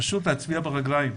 פשוט להצביע ברגליים.